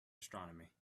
astronomy